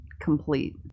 complete